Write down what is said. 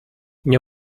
nie